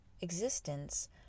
existence